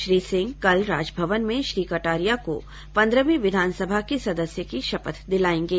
श्री सिंह कल राजभवन में श्री कटारिया को पन्द्रहवीं विधानसभा के सदस्य की शपथ दिलायेंगे